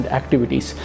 activities